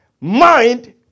mind